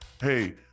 hey